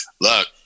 look